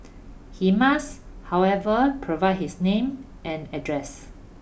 he must however provide his name and address